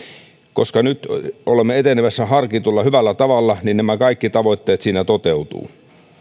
koska nyt olemme etenemässä harkitulla hyvällä tavalla niin nämä kaikki tavoitteet siinä toteutuvat